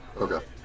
okay